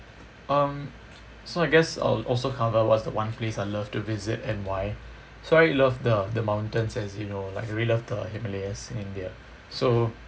um so I guess I'll also cover what's the one place I love to visit and why so I love the the mountains as you know like really love the himalayas in india so